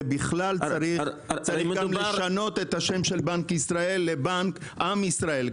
ובכלל צריך לשנות את שם בנק ישראל לשם בנק עם ישראל.